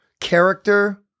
character